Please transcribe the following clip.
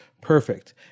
Perfect